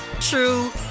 true